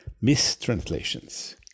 Mistranslations